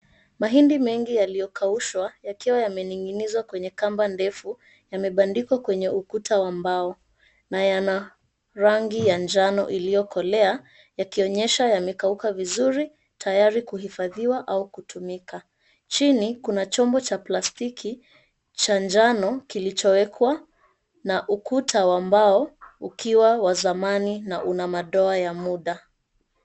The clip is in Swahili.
Mahindi mengi yaliyokaushwa yakiwa yame ning'inizwa kwenye kamba ndefu yamebandikwa kwenye ukuta wa mbao na yana rangi ya njano iliyokolea yakionyesha yamekauka vizuri tayari kuhifadhiwa au kutumika. Chini kuna chombo cha plastiki cha njano kilichowekwa na ukuta wa mbao ukiwa wa zamani na una madoa ya muda.